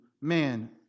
man